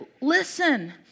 Listen